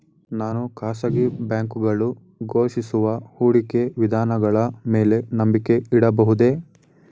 ನಾನು ಖಾಸಗಿ ಬ್ಯಾಂಕುಗಳು ಘೋಷಿಸುವ ಹೂಡಿಕೆ ವಿಧಾನಗಳ ಮೇಲೆ ನಂಬಿಕೆ ಇಡಬಹುದೇ?